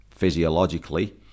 physiologically